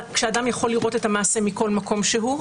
שאדם יכול לראות את המעשה מכל מקום שהוא".